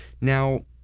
now